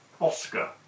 Oscar